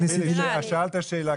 חילי, שאלת שאלה, קיבלת תשובה.